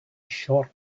short